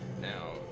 Now